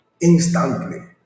instantly